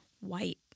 white